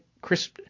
Chris